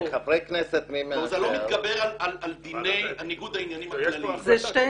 זאת אומרת זה לא מתגבר על דיני ניגוד העניינים הכלליים.